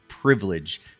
privilege